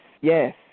yes